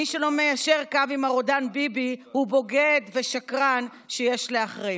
מי שלא מיישר קו עם הרודן ביבי הוא בוגד ושקרן שיש להחרים.